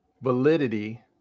validity